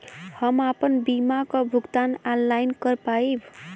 हम आपन बीमा क भुगतान ऑनलाइन कर पाईब?